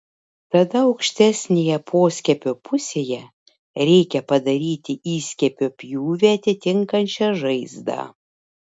tada aukštesnėje poskiepio pusėje reikia padaryti įskiepio pjūvį atitinkančią žaizdą